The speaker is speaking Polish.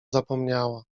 zapomniała